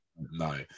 No